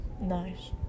nice